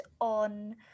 on